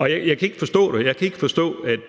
jeg kan ikke forstå, at